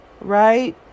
right